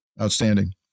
Outstanding